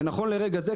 ונכון לרגע זה,